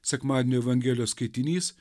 sekmadienio evangelijos skaitinys